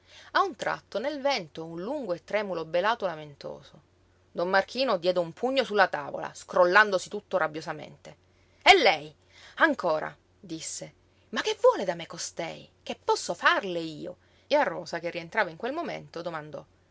a un tratto nel vento un lungo e tremulo belato lamentoso don marchino diede un pugno su la tavola scrollandosi tutto rabbiosamente è lei ancora disse ma che vuole da me costei che posso farle io e a rosa che rientrava in quel momento domandò